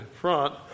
front